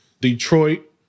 Detroit